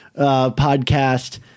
podcast